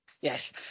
Yes